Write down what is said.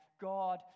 God